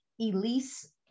Elise